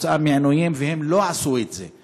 כתוצאה מעינויים והם לא עשו את זה.